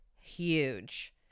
huge